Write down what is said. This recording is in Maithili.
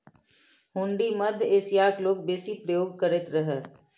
हुंडी मध्य एशियाक लोक बेसी प्रयोग करैत रहय